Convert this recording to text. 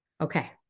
okay